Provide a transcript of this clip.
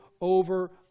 over